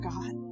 God